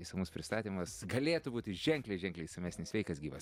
išsamus pristatymas galėtų būti ženkliai ženkliai išsamesnis sveikas gyvas